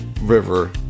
river